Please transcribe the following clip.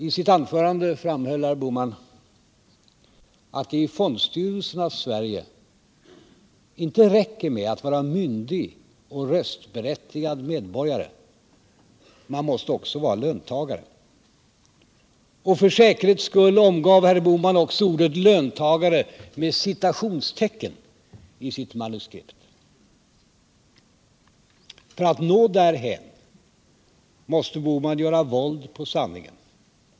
I sitt anförande framhöll herr Bohman att det i fondstyrelsernas Sverige inte räcker med att vara myndig och röstberättigad medborgare. Man måste också vara löntagare. Och för säkerhets skull omgav herr Bohman ordet löntagare med citationstecken i sitt manuskript. För att nå därhän måste herr Bohman göra våld på sanningen.